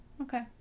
Okay